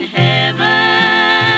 heaven